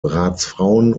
ratsfrauen